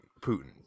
Putin